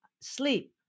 Sleep